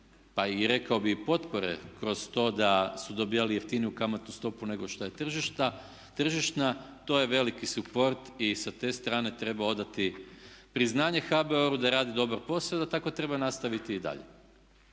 pa i rekao bih potpore kroz to da su dobivali jeftiniju kamatnu stopu nego što je tržišna to je veliki suport i sa te strane treba odati priznanje HBOR-u da radi dobro posao i da tako treba nastaviti i dalje.